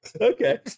okay